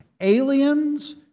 aliens